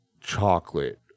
chocolate